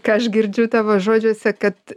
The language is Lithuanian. ką aš girdžiu tavo žodžiuose kad